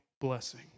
blessing